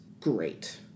great